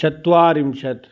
चत्वारिंशत्